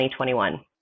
2021